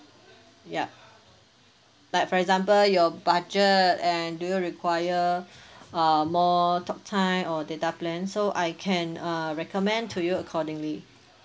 yup like for example your budget and do you require uh more talk time or data plan so I can uh recommend to you accordingly